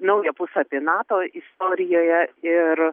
naują puslapį nato istorijoje ir